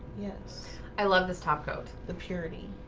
yes. i love this top coat the purity.